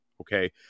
okay